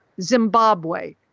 Zimbabwe